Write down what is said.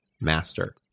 master